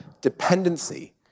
dependency